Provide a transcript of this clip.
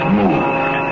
moved